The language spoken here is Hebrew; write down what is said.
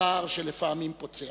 תער שלפעמים פוצע.